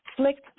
Flick